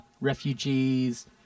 refugees